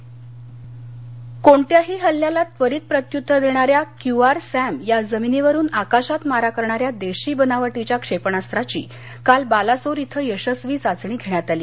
क्षेपणाख कोणत्याही हल्ल्याला त्वरित प्रत्युत्तर देणाऱ्या क्यूआरसॅम या जमिनीवरुन आकाशात मारा करणाऱ्या देशी बनावटीच्या क्षेपणास्त्राची काल बालासोर इथं यशस्वी चाचणी घेण्यात आली